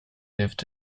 lived